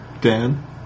Dan